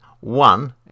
One